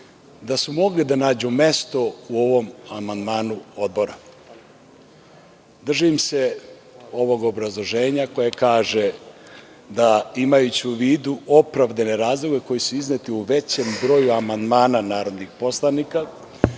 da su mogli da nađu mestu u ovom amandmanu odbora. Držim se ovog obrazloženja koje kaže da, imajući u vidu opravdane razloge koji su izneti u većem broju amandmana narodnih poslanika,